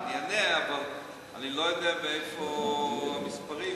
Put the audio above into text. אני אענה, אבל אני לא יודע מאיפה המספרים.